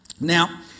Now